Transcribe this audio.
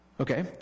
Okay